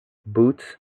boots